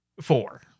Four